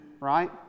right